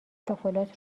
شکلات